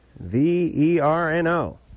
V-E-R-N-O